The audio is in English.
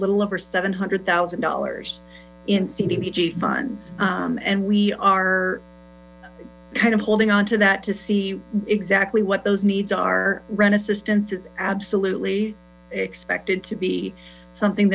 little over seven hundred thousand dollars in cdc funds and we are kind of holding onto that to see exactly what those needs are rent assistance is absolutely expected to be something